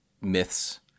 myths